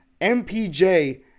MPJ